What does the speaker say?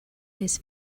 his